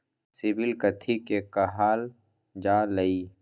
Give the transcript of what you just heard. CIBIL कथि के काहल जा लई?